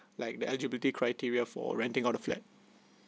like the eligibility criteria for renting out a flat